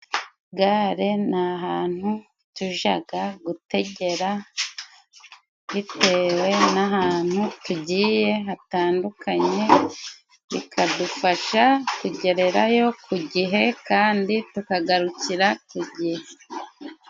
Gare ni ahantu tujya gutegera bitewe n'ahantu tugiye hatandukanye, bikadufasha kugererayo ku gihe kandi tukagarukira igihe.